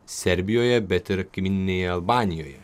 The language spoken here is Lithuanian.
serbijoje bet ir kaimyninėje albanijoje